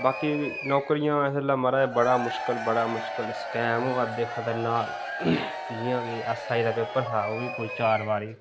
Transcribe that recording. बाकी नौकरियां इसलै महाराज बड़ा गै मुश्कल बड़ा मुश्कल स्कैम होआ दे खतरनाक जि'यां कि ऐस्स आई दा पेपर था ओह् बी कोई चार बारी